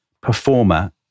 performer